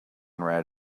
red